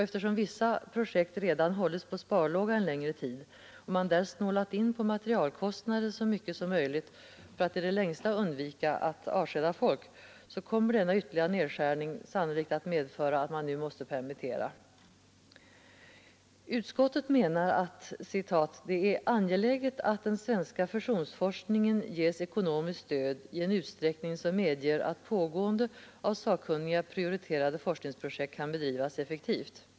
Eftersom vissa projekt redan hållits på sparlåga en längre tid och man där snålat in på materialkostnader så mycket som möjligt för att i det längsta undvika att avskeda folk, kommer denna ytterligare nedskärning sannolikt att medföra att man nu måste permittera personal. Utskottet menar att det är ”angeläget att den svenska fusionsforskningen ges ekonomiskt stöd i en utsträckning som medger att pågående, av sakkunniga prioriterade, forskningsprojekt kan bedrivas effektivt”.